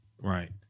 right